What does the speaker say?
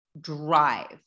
drive